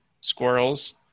squirrels